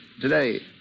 today